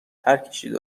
پرکشید